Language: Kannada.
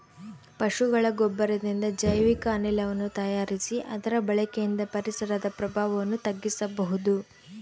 ಪಶುಗಳ ಗೊಬ್ಬರದಿಂದ ಜೈವಿಕ ಅನಿಲವನ್ನು ತಯಾರಿಸಿ ಅದರ ಬಳಕೆಯಿಂದ ಪರಿಸರದ ಪ್ರಭಾವವನ್ನು ತಗ್ಗಿಸಬಹುದು